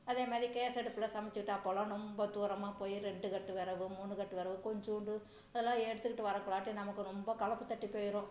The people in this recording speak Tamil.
அதே மாதிரி கேஸ் அடுப்பில் சமைச்சிக்கிட்டோம் அப்போலாம் ரொம்ப தூரமாக போய் ரெண்டு கட்டு விறவு மூணு கட்டு விறவு கொஞ்சோண்டு அதெல்லாம் எடுத்துகிட்டு வரக்குள்ளாட்டி நமக்கு ரொம்ப களைப்பு தட்டி போயிரும்